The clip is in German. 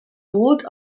boot